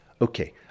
Okay